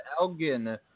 Elgin